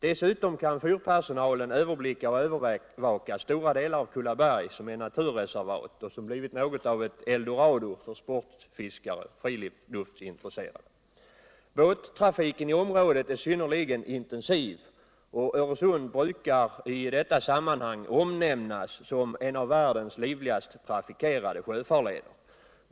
Dessutom kan fyrpersonalen överblicka och övervaka stora delar av Kullaberg, som är naturreservat och som blivit något av ett eldorado för sportfiskare och friluftsintresserade människor. Båttrafiken i området är synnerligen intensiv, och Öresund brukar i detta sammanhang omnämnas som en av världens livligast trafikerade sjöfarleder.